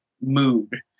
mood